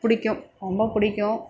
பிடிக்கும் ரொம்ப பிடிக்கும்